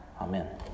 Amen